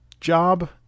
job